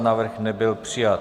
Návrh nebyl přijat.